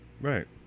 Right